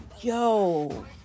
yo